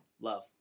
Love